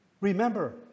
Remember